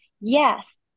Yes